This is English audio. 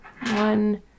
One